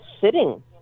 sitting